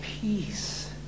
peace